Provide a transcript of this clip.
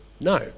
No